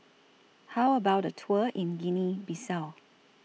How about A Tour in Guinea Bissau